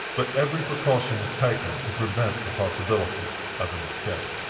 but every precaution was taken to prevent the possibility of an escape.